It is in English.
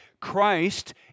Christ